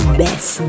best